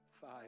Five